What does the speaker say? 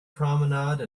promenade